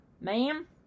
ma'am